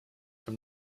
from